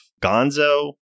Gonzo